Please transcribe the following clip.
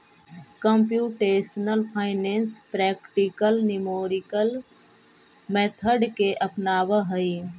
computational finance practical numerical method के अपनावऽ हई